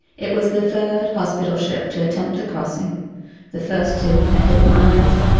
it was the third hospital ship to attempt the crossing the first two had hit mines.